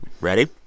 Ready